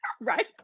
Right